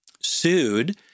sued